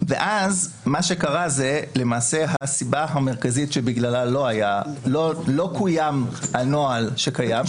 אז מה שקרה זה שלמעשה הסיבה המרכזית בגללה לא קוים הנוהל שקיים,